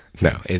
No